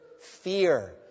fear